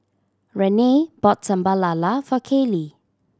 Renae bought Sambal Lala for Kaylee